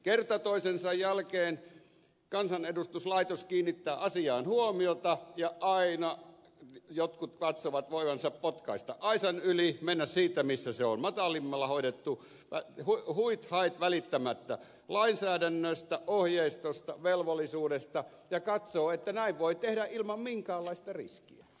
kerta toisensa jälkeen kansanedustuslaitos kiinnittää asiaan huomiota ja aina jotkut katsovat voivansa potkaista aisan yli mennä siitä missä se on matalimmalla hoidettu huithait välittämättä lainsäädännöstä ohjeistosta velvollisuudesta ja katsovat että näin voi tehdä ilman minkäänlaista riskiä